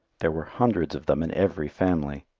there were hundreds of them in every family,